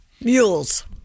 Mules